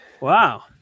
Wow